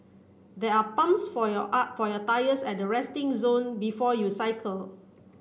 there are pumps for your are for your tyres at the resting zone before you cycle